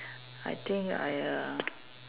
I think !aiya!